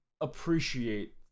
appreciate